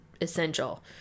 essential